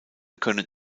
können